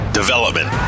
development